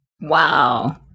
Wow